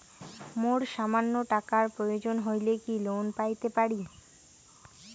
মোর সামান্য টাকার প্রয়োজন হইলে কি লোন পাইতে পারি?